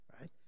right